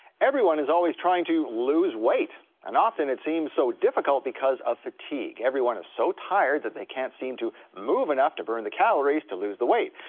everyone is always trying to lose weight and often it seems so difficult because of fatigue, everyone is so tired that they can't seem to move enough to burn the calories to lose the weight.